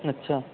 اچھا